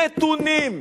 נתונים.